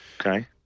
Okay